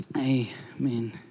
Amen